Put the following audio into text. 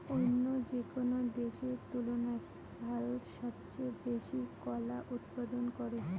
অইন্য যেকোনো দেশের তুলনায় ভারত সবচেয়ে বেশি কলা উৎপাদন করে